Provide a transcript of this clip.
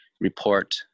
report